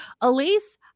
Elise